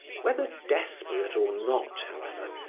whether desperate or not, however,